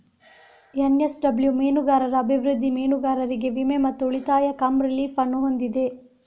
NSW ಮೀನುಗಾರರ ಅಭಿವೃದ್ಧಿ, ಮೀನುಗಾರರಿಗೆ ವಿಮೆ ಮತ್ತು ಉಳಿತಾಯ ಕಮ್ ರಿಲೀಫ್ ಅನ್ನು ಹೊಂದಿದೆ